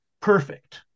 perfect